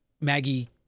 Maggie